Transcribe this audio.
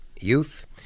youth